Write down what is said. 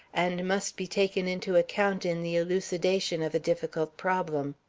and must be taken into account in the elucidation of a difficult problem.